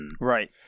Right